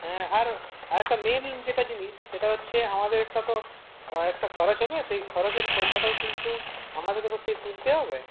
হ্যাঁ আর আরেকটা মেইন যেটা জিনিস সেটা হচ্ছে আমাদের একটাতো একটা খরচ হবে সেই খরচের পয়সাটাও কিন্তু আমাদের অবশ্যই তুলতে হবে